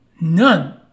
none